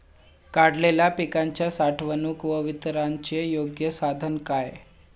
काढलेल्या पिकाच्या साठवणूक व वितरणाचे योग्य साधन काय?